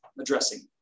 addressing